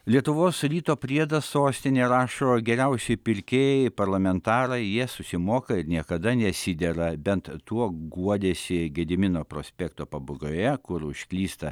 lietuvos ryto priedas sostinė rašo geriausi pirkėjai parlamentarai jie susimoka ir niekada nesidera bent tuo guodėsi gedimino prospekto pabaigoje kur užklysta